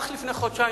אך לפני חודשיים,